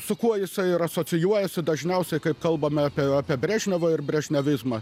su kuo jisai ir asocijuojasi dažniausiai kai kalbame apie apie brežnevą ir brežnevizmą